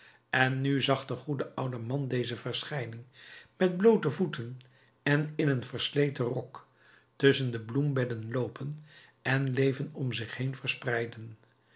en nu zag de goede oude man deze verschijning met bloote voeten en in een versleten rok tusschen de bloembedden loopen en leven om zich heen verspreiden